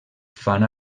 fan